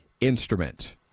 instrument